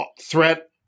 threat